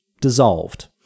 dissolved